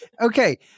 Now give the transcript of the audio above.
Okay